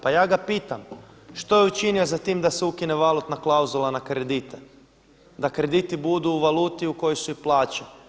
Pa ja ga pitam što je učinio za tim da se ukine valutna klauzula na kredite, da krediti budu u valuti u kojoj su i plaće?